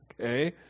okay